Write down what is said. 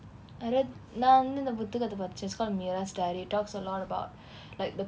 I read நான் வந்து இந்த புத்தகத்தை படிச்சேன்:naan vanthu intha putthakathai padichen it's called mira's diary talks a lot about like the